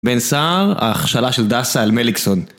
בן סער, ההכשלה של דסה על מליקסון